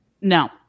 No